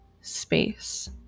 space